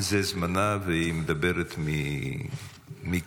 זה זמנה, והיא מדברת מכאבה.